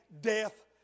Death